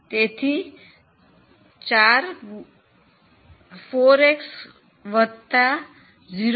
તેથી 4x વત્તા 0